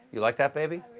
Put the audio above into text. you like that, baby?